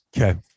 Okay